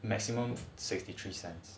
maximum sixty three cents